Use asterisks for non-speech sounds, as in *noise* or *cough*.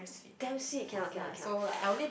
damn sweet cannot cannot cannot *noise*